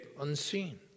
unseen